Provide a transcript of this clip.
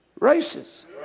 races